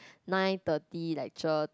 nine thirty lecture to